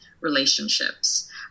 relationships